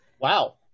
Wow